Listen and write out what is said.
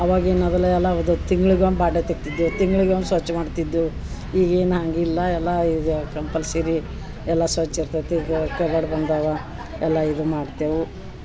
ಅವಾಗ ಏನು ಅದಲ್ಲ ಎಲ್ಲವ್ದು ತಿಂಗ್ಳಿಗೊಂದು ಬಾಂಡೆ ತಿಕ್ತಿದ್ವು ತಿಂಗ್ಳಿಗೊಂದು ಸ್ವಚ್ಛ ಮಾಡ್ತಿದ್ದೇವೆ ಈಗೇನು ಹಾಂಗಿಲ್ಲ ಎಲ್ಲ ಇದು ಕಂಪಲ್ಸರಿ ಎಲ್ಲ ಸ್ವಚ್ಛ ಇರ್ತತಿ ಈಗ ಕಬಾರ್ಡ್ ಬಂದವ ಎಲ್ಲ ಇದು ಮಾಡ್ತೇವು